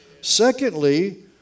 Secondly